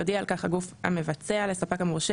יודיע על כך הגוף המבצע לספק המורשה